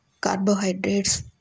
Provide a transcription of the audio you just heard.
carbohydrates